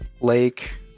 Lake